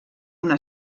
una